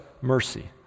mercy